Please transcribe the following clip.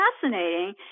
fascinating